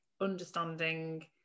understanding